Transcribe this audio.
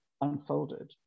unfolded